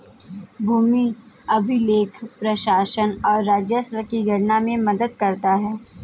भूमि अभिलेख प्रशासन और राजस्व की गणना में मदद करता है